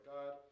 God